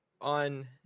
on